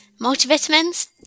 Multivitamins